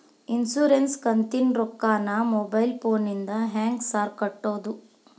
Insurance ಕಂತಿನ ರೊಕ್ಕನಾ mobile ಫೋನಿಂದ ಹೆಂಗ್ ಸಾರ್ ಕಟ್ಟದು?